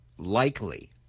likely